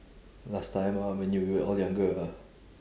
last time ah when you were all younger ah